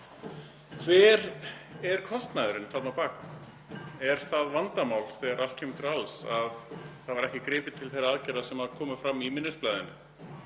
Hver er kostnaðurinn þarna á bak við? Er það vandamál þegar allt kemur til alls að það var ekki gripið til þeirra aðgerða sem komu fram í minnisblaðinu?